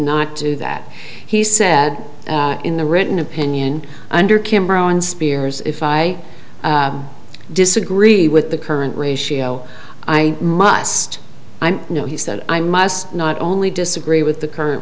not do that he said in the written opinion under cameron spears if i disagree with the current ratio i must know he said i must not only disagree with the current